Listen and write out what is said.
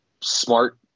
smart